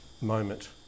moment